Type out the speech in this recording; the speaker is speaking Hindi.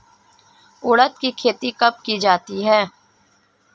उड़द की खेती कब की जाती है?